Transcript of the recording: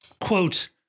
quote